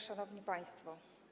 Szanowni Państwo!